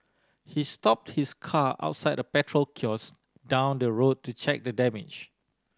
he stopped his car outside a petrol kiosk down the road to check the damage